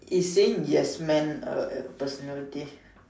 is in yes man a personality